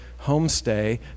homestay